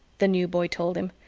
the new boy told him.